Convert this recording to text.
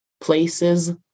places